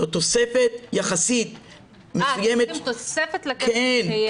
זאת תוספת.ץ זאת תוספת לקרן?